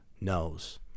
knows